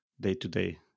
day-to-day